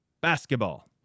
basketball